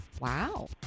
Wow